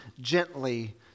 gently